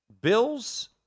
Bills